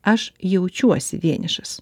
aš jaučiuosi vienišas